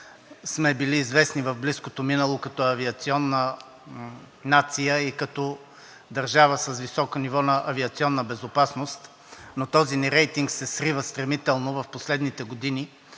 сме били известни в близкото минало като авиационна нация и като държава с високо ниво на авиационна безопасност, но този ни рейтинг се срива стремително в последните години